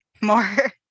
more